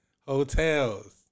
Hotels